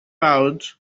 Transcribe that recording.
route